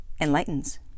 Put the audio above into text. enlightens